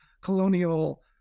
colonial